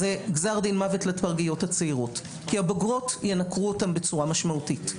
זה גזר דין מוות לפרגיות הצעירות כי הבוגרות ינקרו אותן בצורה משמעותית.